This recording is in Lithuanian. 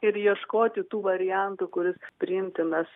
ir ieškoti tų variantų kuris priimtinas